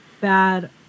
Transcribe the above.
bad